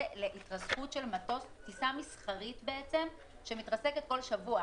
לנספים בהתרסקות של טיסה מסחרית שמתרסקת כל שבוע.